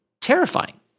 terrifying